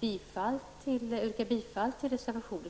yrka bifall till reservationen.